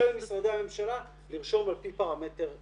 למשרדי הממשלה לרשום על פי פרמטר אחר.